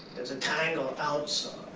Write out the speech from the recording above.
there's a title outside,